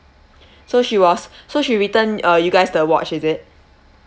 so she was so she returned uh you guys the watch is it